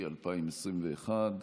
דיסטל אטבריאן,